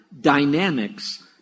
dynamics